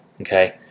Okay